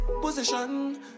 position